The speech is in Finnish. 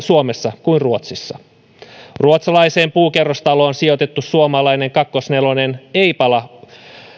suomessa kuin ruotsissa ruotsalaiseen puukerrostaloon sijoitettu suomalainen kakkosnelonen ei pala